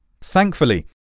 Thankfully